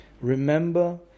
Remember